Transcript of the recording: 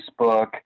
Facebook